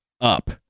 up